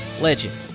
Legend